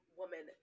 woman